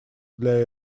для